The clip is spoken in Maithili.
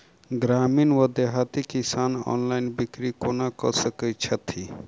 ग्रामीण वा देहाती किसान ऑनलाइन बिक्री कोना कऽ सकै छैथि?